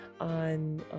on